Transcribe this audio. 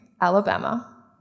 Alabama